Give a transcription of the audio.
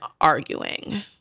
arguing